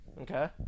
Okay